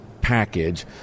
package